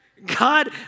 God